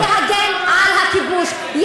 להגן על הכיבוש.